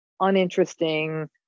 uninteresting